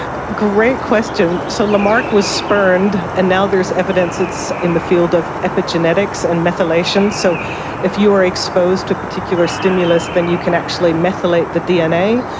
a great question. so lamarck was spurned and now there's evidence it's in the field of epigenetics and methylation, so if you were exposed to a particular stimulus then you can actually methylated the dna,